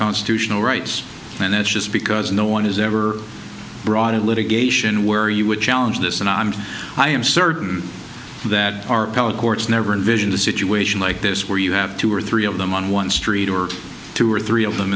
constitutional rights and that's just because no one is ever brought in litigation where you would challenge this and i'm i am certain that our courts never envisioned a situation like this where you have two or three of them on one street or two or three of them